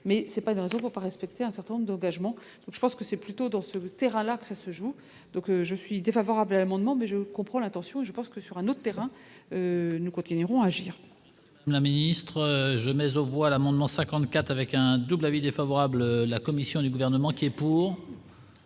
mais c'est pas d'un pas respecter un certain nombre d'engagements, donc je pense que c'est plutôt dans ce terrain-là que ça se joue, donc je suis défavorable à l'amendement, mais je comprends l'intention et je pense que sur un autre terrain, nous continuerons à agir. La ministre genèse au voile amendement 54 avec un double avis défavorable la commission du gouvernement qui est pour.